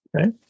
Okay